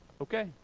Okay